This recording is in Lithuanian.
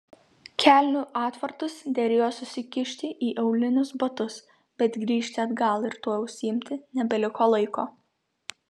kelnių atvartus derėjo susikišti į aulinius batus bet grįžti atgal ir tuo užsiimti nebeliko laiko